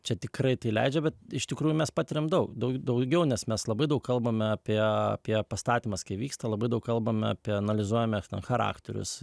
čia tikrai tai leidžia bet iš tikrųjų mes patiriam daug daug daugiau nes mes labai daug kalbame apie apie pastatymas kai vyksta labai daug kalbame apie analizuojame ten charakterius